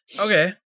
okay